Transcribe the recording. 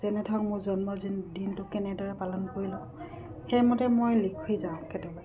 যেনে ধৰক মোৰ জন্ম দিনটো কেনেদৰে পালন কৰিলো সেইমতে মই লিখি যাওঁ কেতিয়াবা